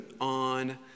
on